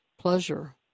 pleasure